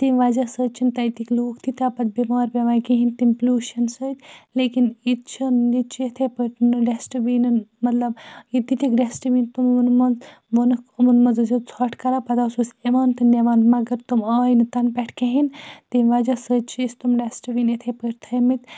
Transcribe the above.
تَمہِ وجہ سۭتۍ چھِنہٕ تَتِکۍ لوٗکھ تیٖتیٛاہ پَتہٕ بٮ۪مار پٮ۪وان کِہیٖنۍ تَمہِ پُلوٗشَن سۭتۍ لیکِن ییٚتہِ چھِنہٕ ییٚتہِ چھِ یِتھَے پٲٹھۍ ڈَسٹٕبیٖنَن مطلب ییٚتِکۍ یِم ڈَسٹٕبِن ووٚنُکھ یِمَن منٛز ٲسۍزیو ژھۄٹھ کَران پَتہٕ آسو أسۍ یِوان تہٕ نِوان مگر تِم آے نہٕ تَنہٕ پٮ۪ٹھ کِہیٖنۍ تَمہِ وجہ سۭتۍ چھِ أسۍ تِم ڈسٹٕبِن یِتھَے پٲٹھۍ تھٲیمٕتۍ